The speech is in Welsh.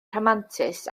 rhamantus